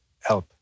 help